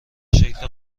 شکل